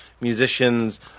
musicians